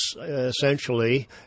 essentially